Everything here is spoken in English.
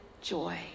joy